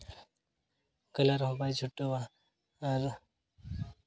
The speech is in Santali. ᱠᱟᱞᱟᱨ ᱦᱚᱸ ᱵᱟᱭ ᱪᱷᱩᱴᱟᱣᱟ ᱟᱨ